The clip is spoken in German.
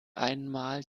einmal